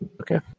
Okay